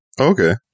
Okay